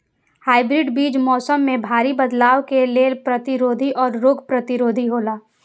hybrid बीज मौसम में भारी बदलाव के लेल प्रतिरोधी और रोग प्रतिरोधी हौला